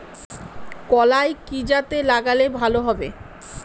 কলাই কি জাতে লাগালে ভালো হবে?